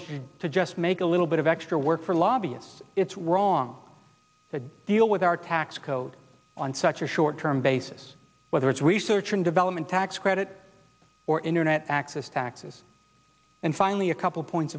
is to just make a little bit of extra work for lobbyists it's wrong to deal with our tax code on such a short term basis whether it's research and development tax credit or internet access taxes and finally a couple of points